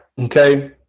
okay